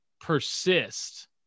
persist